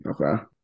Okay